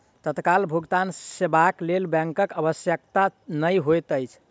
तत्काल भुगतान सेवाक लेल बैंकक आवश्यकता नै होइत अछि